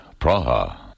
Praha